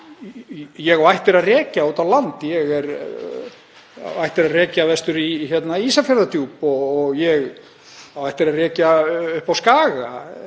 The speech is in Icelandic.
ég á ættir að rekja út á land. Ég á ættir að rekja vestur í Ísafjarðardjúp og ég á ættir að rekja upp á Skaga.